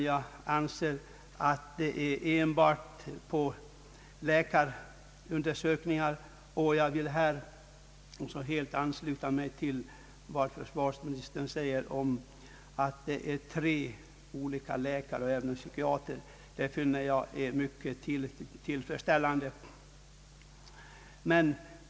Jag anser att sådant enbart skall bero på läkarundersökningar. Jag vill här helt ansluta mig till vad försvarsministern säger om att det skall vara tre olika läkare, därav en psykiater, som bedömer fallet. Det finner jag mycket tillfredsställande.